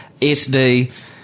SD